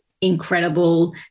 incredible